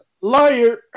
liar